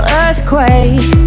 earthquake